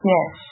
Yes